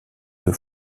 deux